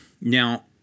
Now